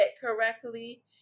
correctly